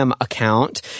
account